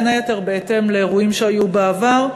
בין היתר בהתאם לאירועים שהיו בעבר,